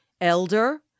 Elder